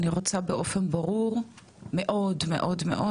אני רוצה באופן ברור מאוד מאוד מאוד